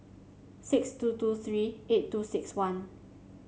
six two two three eight two six one